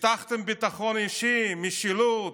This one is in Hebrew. הבטחתם ביטחון אישי, משילות,